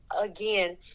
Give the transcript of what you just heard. again